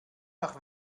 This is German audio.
nach